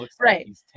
Right